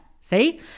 see